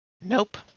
Nope